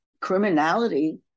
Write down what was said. criminality